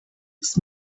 ist